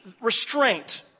restraint